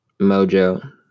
mojo